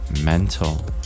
mental